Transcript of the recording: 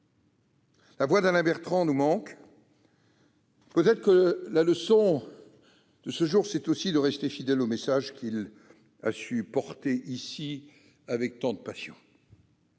La voix d'Alain Bertrand nous manque. La leçon de ce jour est aussi de rester fidèle au message qu'il a su porter ici avec tant de passion.